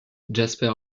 jasper